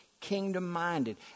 kingdom-minded